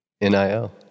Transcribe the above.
NIL